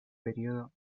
periodo